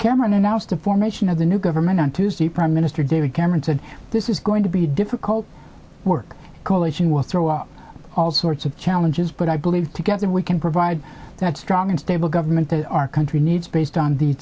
cameron announced the formation of the new government on tuesday prime minister david cameron said this is going to be difficult work coalition will throw up all sorts of challenges but i believe together we can provide that strong and stable government that our country needs based on the